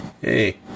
Hey